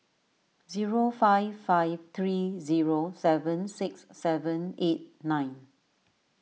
zero five five three zero seven six seven eight nine